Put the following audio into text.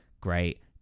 Great